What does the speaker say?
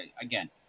Again